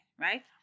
Right